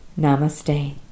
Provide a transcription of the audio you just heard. Namaste